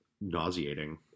nauseating